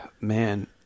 Man